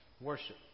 worship